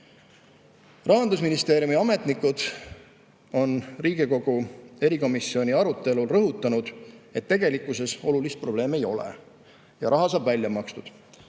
Rahandusministeeriumi ametnikud on Riigikogu erikomisjoni arutelul rõhutanud, et tegelikkuses olulist probleemi ei ole ja raha saab välja makstud,